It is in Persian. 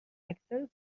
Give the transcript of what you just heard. اکثر